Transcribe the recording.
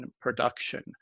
production